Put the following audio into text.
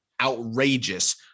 outrageous